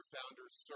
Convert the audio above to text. Founders